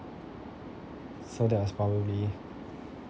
so that was probably